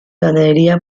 ganadería